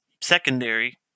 secondary